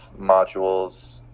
modules